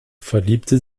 verliebte